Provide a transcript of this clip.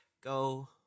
Go